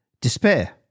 despair